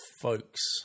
folks